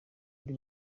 ari